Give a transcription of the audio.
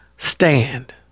Stand